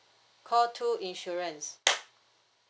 call two insurance